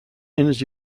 energy